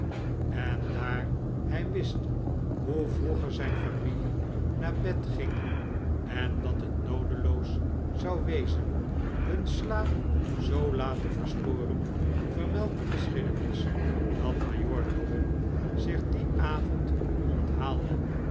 en daar hij wist hoe vroeg zijn familie naar bed ging en dat het noodeloos zou wezen hun slaap zoo laat te verstoren vermeldt de geschiedenis dat majoor dobbin zich dien avond onthaalde